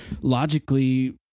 logically